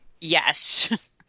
Yes